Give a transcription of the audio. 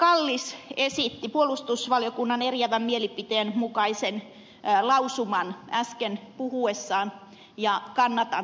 kallis esitti puolustusvaliokunnan eriävän mielipiteen mukaisen lausuman äsken puhuessaan ja kannan tätä ed